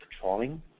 patrolling